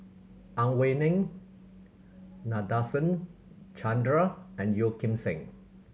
Ang Wei Neng Nadasen Chandra and Yeo Kim Seng